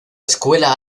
escuela